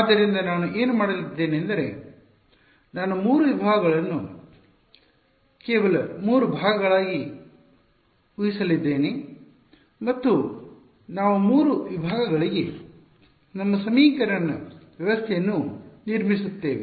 ಆದ್ದರಿಂದ ನಾನು ಏನು ಮಾಡಲಿದ್ದೇನೆಂದರೆ ನಾನು 3 ವಿಭಾಗಗಳನ್ನು ಕೇವಲ 3 ಭಾಗಗಳಾಗಿ ಉಹಿಸಲಿದ್ದೇನೆ ಮತ್ತು ನಾವು 3 ವಿಭಾಗಗಳಿಗೆ ನಮ್ಮ ಸಮೀಕರಣ ವ್ಯವಸ್ಥೆಯನ್ನು ನಿರ್ಮಿಸುತ್ತೇವೆ